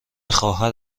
خواهر